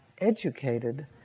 educated